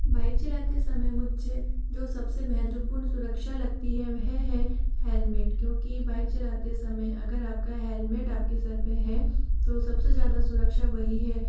bike चलाते समय मुझे जो सबसे महत्त्वपूर्ण सुरक्षा लगती है वह है हेलमेट क्योंकि बाइक चलते समय अगर आपका हेलमेट आपके सिर पर है तो सबसे ज़्यादा सुरक्षा वहीँ है